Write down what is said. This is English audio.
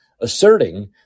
asserting